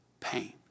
pain